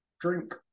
drink